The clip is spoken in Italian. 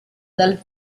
dal